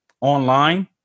online